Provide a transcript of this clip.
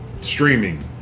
streaming